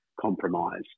compromise